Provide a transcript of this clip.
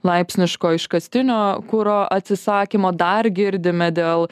laipsniško iškastinio kuro atsisakymo dar girdime dėl